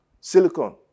Silicon